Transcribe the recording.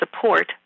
support